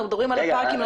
אנחנו מדברים על הפארקים,